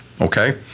okay